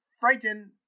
frightened